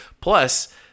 Plus